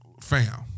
fam